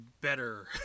better